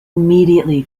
immediately